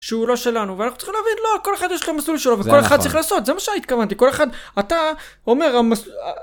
שהוא לא שלנו ואנחנו צריכים להבין לא כל אחד יש לו מסלול שלו וכל אחד צריך לעשות זה מה שהיית כוונתי כל אחד אתה אומר המסלול